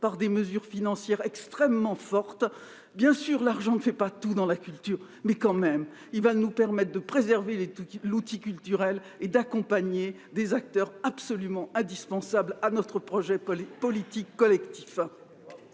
par des mesures financières fortes. Bien sûr, l'argent ne fait pas tout dans ce domaine, mais il va tout de même nous permettre de préserver l'outil culturel et d'accompagner ses acteurs, qui sont absolument indispensables à notre projet politique collectif.